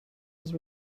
was